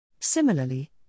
Similarly